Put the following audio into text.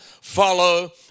follow